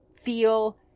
feel